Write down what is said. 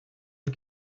une